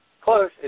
Close